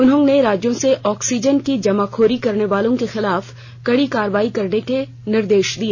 उन्होंने राज्यों से ऑक्सीजन की जमाखोरी करने वालों के खिलाफ कड़ी कार्रवाई करने के निर्देश दिए